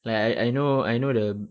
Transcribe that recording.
like I I I know I know the